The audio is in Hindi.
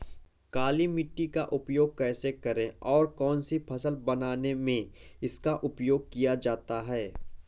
काली मिट्टी का उपयोग कैसे करें और कौन सी फसल बोने में इसका उपयोग किया जाता है?